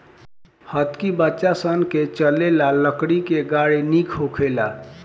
हतकी बच्चा सन के चले ला लकड़ी के गाड़ी निक होखेला